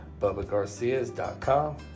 BubbaGarcias.com